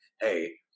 hey